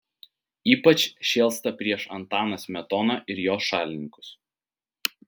ypač šėlsta prieš antaną smetoną ir jo šalininkus